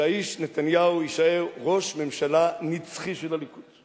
שהאיש נתניהו יישאר ראש ממשלה נצחי של הליכוד,